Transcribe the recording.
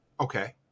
Okay